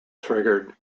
triggered